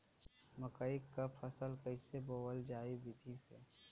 मकई क फसल कईसे बोवल जाई विधि से?